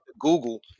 Google